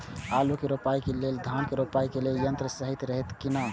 आलु के रोपाई के लेल व धान के रोपाई के लेल यन्त्र सहि रहैत कि ना?